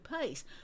pace